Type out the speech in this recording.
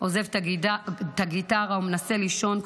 עוזב ת'גיטרה ומנסה לישון,